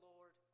Lord